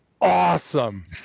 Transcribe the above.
awesome